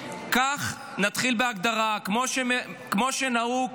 כך נתחיל בהגדרה, כמו שנהוג